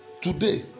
today